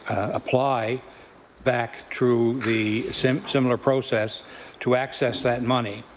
apply back through the similar similar process to access that money,